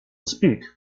speak